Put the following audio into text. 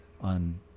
on